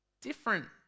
Different